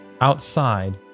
outside